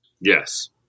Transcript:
Yes